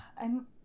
I'm-